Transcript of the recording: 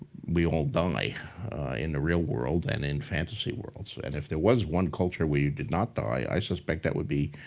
we all die in the real world and in fantasy worlds. so, and if there was one culture where you did not die, i suspect that would be,